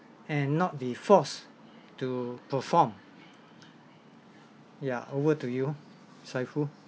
and not the force to perform yeah over to you Saiful